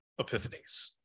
epiphanies